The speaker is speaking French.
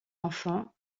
enfants